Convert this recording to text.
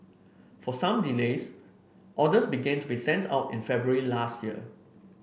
for some delays orders began to be sent out in February last year